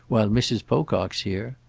while mrs. pocock's here.